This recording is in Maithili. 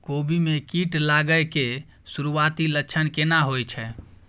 कोबी में कीट लागय के सुरूआती लक्षण केना होय छै